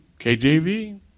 KJV